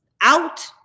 out